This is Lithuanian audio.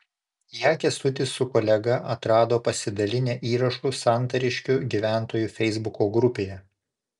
ją kęstutis su kolega atrado pasidalinę įrašu santariškių gyventojų feisbuko grupėje